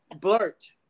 blurt